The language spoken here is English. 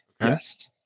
Yes